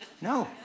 No